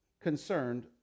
concerned